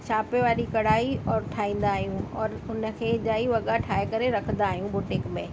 छापे वारी कढ़ाई और ठाहींदा आहियूं और उनखे जाई वॻा ठाए करे रखदा आहियूं बुटीक में